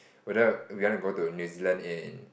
whether we want go to New Zealand in